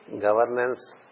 governance